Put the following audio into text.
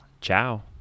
Ciao